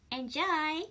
Enjoy